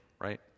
right